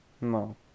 No